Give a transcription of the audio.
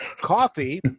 Coffee